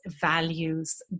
values